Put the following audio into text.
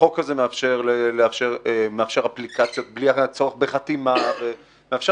החוק הזה מאפשר אפליקציות בלי צורך בחתימה ומאפשר